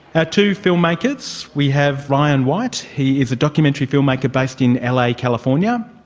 ah two filmmakers, we have ryan white, he is a documentary film maker based in la california.